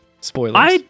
Spoilers